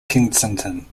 kensington